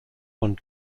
von